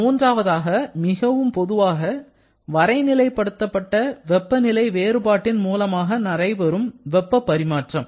மூன்றாவதாக மற்றும் மிகப் பொதுவாக வரை நிலைப்படுத்தப்பட்ட வெப்பநிலை வேறுபாட்டின் மூலமாக நடைபெறும் வெப்ப பரிமாற்றம்